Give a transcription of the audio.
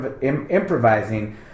improvising